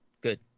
good